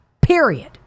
Period